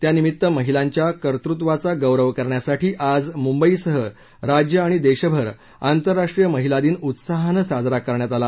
त्यानिमित्त महिलांच्या कर्तृत्वाचा गौरव करण्यासाठी आज मुंबईसह राज्य आणि देशभर आतरराष्ट्रीय महिला दिन उत्साहान साजरा करण्यात आला